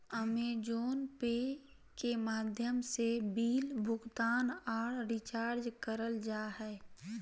अमेज़ोने pay के माध्यम से बिल भुगतान आर रिचार्ज करल जा हय